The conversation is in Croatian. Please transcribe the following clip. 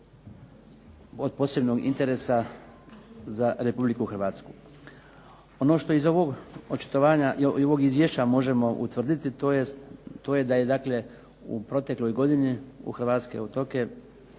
od posebnog interesa za Republiku Hrvatsku. Ono što je iz ovog očitovanja i ovog izvješća možemo utvrditi, to je da je dakle u protekloj godini u hrvatske otoke